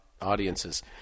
audiences